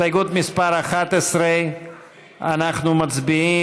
הסתייגות מס' 11. אנחנו מצביעים.